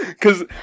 Cause